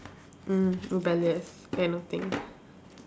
mm rebellious kind of thing